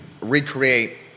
Recreate